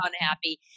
unhappy